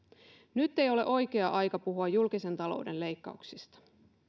nyt ei ole oikea aika puhua julkisen talouden leikkauksista